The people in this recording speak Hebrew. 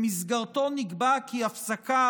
שבמסגרתו נקבע כי הפסקה,